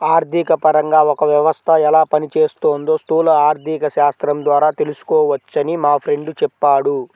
ఆర్థికపరంగా ఒక వ్యవస్థ ఎలా పనిచేస్తోందో స్థూల ఆర్థికశాస్త్రం ద్వారా తెలుసుకోవచ్చని మా ఫ్రెండు చెప్పాడు